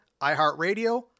iHeartRadio